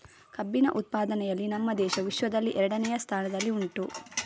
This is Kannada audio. ಕಬ್ಬಿನ ಉತ್ಪಾದನೆಯಲ್ಲಿ ನಮ್ಮ ದೇಶವು ವಿಶ್ವದಲ್ಲಿ ಎರಡನೆಯ ಸ್ಥಾನದಲ್ಲಿ ಉಂಟು